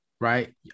Right